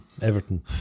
Everton